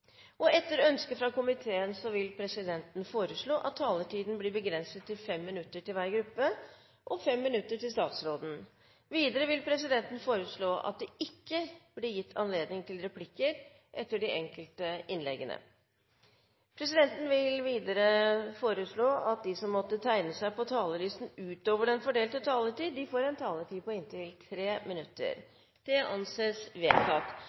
2. Etter ønske fra utenriks- og forsvarskomiteen vil presidenten foreslå at taletiden blir begrenset til 5 minutter til hver gruppe og 5 minutter til statsråden. Videre vil presidenten foreslå at det ikke blir gitt anledning til replikker etter de enkelte innleggene. Presidenten vil videre foreslå at de som måtte tegne seg på talerlisten utover den fordelte taletiden, får en taletid på inntil 3 minutter. – Det anses vedtatt.